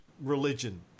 religion